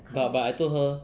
but but I told her